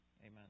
Amen